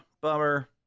bummer